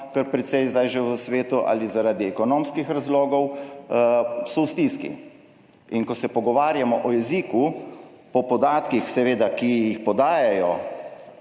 kar precej zdaj že v svetu, ali zaradi ekonomskih razlogov, so v stiski. Ko se pogovarjamo o jeziku, po podatkih, seveda, ki jih podajajo